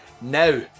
Now